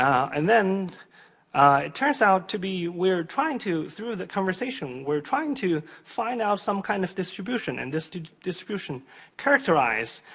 and then, it turns out to be, we are trying to, through the conversation, we are trying to find out some kind of distribution. and this distribution characterized